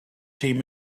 team